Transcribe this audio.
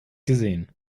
gesehen